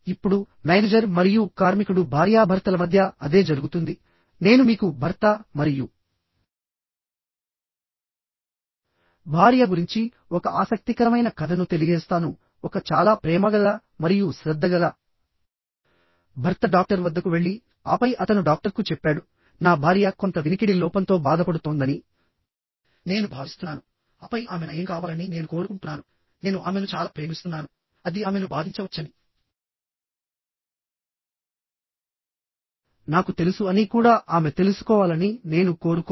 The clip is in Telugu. ఇప్పుడుమేనేజర్ మరియు కార్మికుడు భార్యాభర్తల మధ్య అదే జరుగుతుంది నేను మీకు భర్త మరియు భార్య గురించి ఒక ఆసక్తికరమైన కథను తెలియజేస్తానుఒక చాలా ప్రేమగల మరియు శ్రద్ధగల భర్త డాక్టర్ వద్దకు వెళ్లిఆపై అతను డాక్టర్కు చెప్పాడునా భార్య కొంత వినికిడి లోపంతో బాధపడుతోందని నేను భావిస్తున్నాను ఆపై ఆమె నయం కావాలని నేను కోరుకుంటున్నాను నేను ఆమెను చాలా ప్రేమిస్తున్నానుఅది ఆమెను బాధించవచ్చని నాకు తెలుసు అని కూడా ఆమె తెలుసుకోవాలని నేను కోరుకోను